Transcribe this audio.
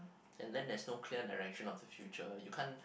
and then there's no clear direction of the future you can't